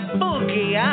boogie